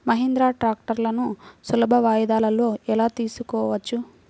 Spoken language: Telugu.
మహీంద్రా ట్రాక్టర్లను సులభ వాయిదాలలో ఎలా తీసుకోవచ్చు?